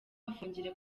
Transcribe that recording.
afungiye